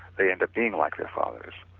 they end up being like their fathers.